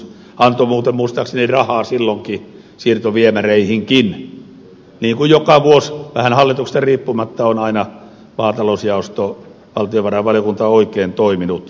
se antoi muuten muistaakseni rahaa silloinkin siirtoviemäreihinkin niin kuin joka vuosi aika lailla hallituksesta riippumatta on valtiovarainvaliokunnan maatalousjaosto aina oikein toiminut